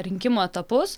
rinkimų etapus